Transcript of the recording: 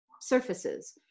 surfaces